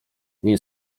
nie